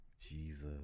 Jesus